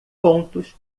pontos